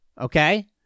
Okay